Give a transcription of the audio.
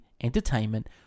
entertainment